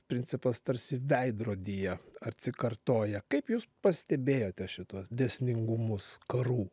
principas tarsi veidrodyje atsikartoja kaip jūs pastebėjote šituos dėsningumus karų